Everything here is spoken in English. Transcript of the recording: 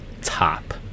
Top